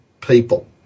people